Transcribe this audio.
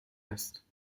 است